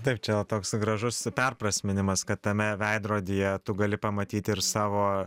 taip čia toks gražus perprasminimas kad tame veidrodyje tu gali pamatyti ir savo